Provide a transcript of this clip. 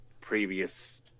previous